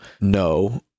No